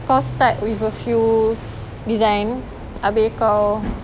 kau start with a few design abeh kau